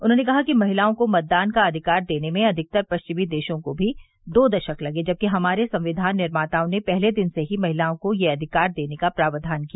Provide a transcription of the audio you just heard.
उन्होंने कहा कि महिलाओं को मतदान का अधिकार देने में अधिकतर पश्चिमी देशों को भी दो दशक लगे जबकि हमारे संविधान निर्माताओं ने पहले दिन से ही महिलाओं को यह अधिकार देने का प्रावधान किया